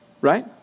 right